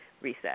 Reset